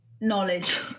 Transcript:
knowledge